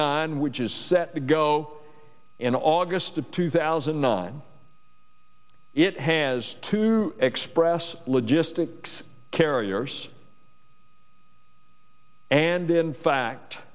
nine which is set to go in august of two thousand and nine it has to express logistics carrier and in fact